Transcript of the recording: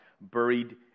buried